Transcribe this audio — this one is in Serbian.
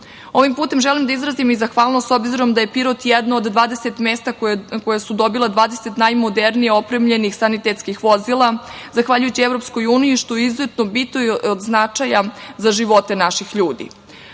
putem želim da izrazim i zahvalnost, s obzirom da je Pirot jedno od 20 mesta koja su dobila 20 najmodernije opremljenih sanitetskih vozila zahvaljujući EU, što je izuzetno bitno i od značaja za živote naših ljudi. Ono